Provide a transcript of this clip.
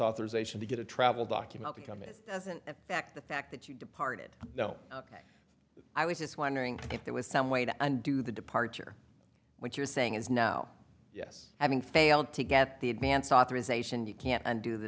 authorization to get a travel document become it doesn't affect the fact that you departed ok i was just wondering if there was some way to undo the departure what you're saying is now yes having failed to get the advance authorization you can't undo the